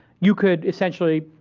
you could, essentially,